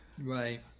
right